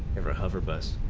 over over bus